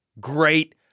great